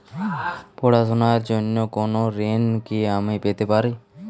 পড়াশোনা র জন্য কোনো ঋণ কি আমি পেতে পারি?